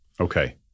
Okay